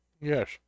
Yes